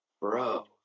bro